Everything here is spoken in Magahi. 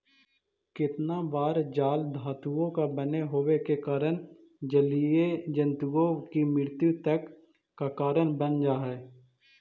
केतना बार जाल धातुओं का बने होवे के कारण जलीय जन्तुओं की मृत्यु तक का कारण बन जा हई